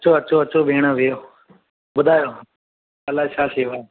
अचो अचो अचो भेण वियो ॿुधायो अलाए छा थियो आहे